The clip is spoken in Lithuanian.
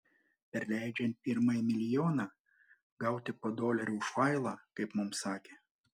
perleidžiant pirmąjį milijoną gauti po dolerį už failą kaip mums sakė